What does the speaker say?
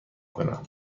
کنم